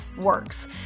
works